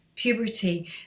puberty